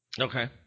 Okay